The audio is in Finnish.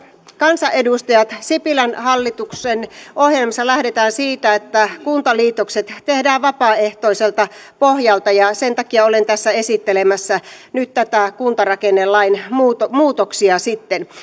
kansanedustajat sipilän hallituksen ohjelmassa lähdetään siitä että kuntaliitokset tehdään vapaaehtoiselta pohjalta ja sen takia olen tässä esittelemässä nyt näitä kuntarakennelain muutoksia sitten